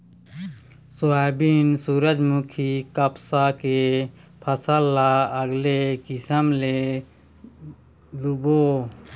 soybean, सूरजमूखी, कपसा के फसल ल अलगे किसम ले लूबे